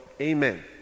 Amen